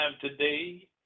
today